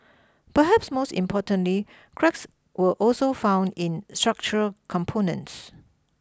perhaps most importantly cracks were also found in structural components